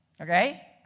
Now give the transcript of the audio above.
Okay